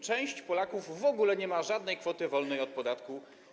Część Polaków w ogóle nie ma żadnej kwoty wolnej od podatku.